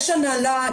יש הנהלה,